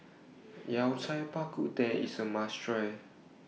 Yao Cai Bak Kut Teh IS A must Try